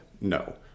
No